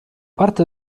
parte